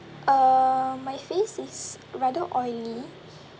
uh my face is rather oily